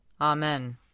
Amen